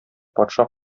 патша